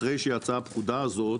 אחרי שיצאה הפקודה הזאת,